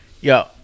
Yo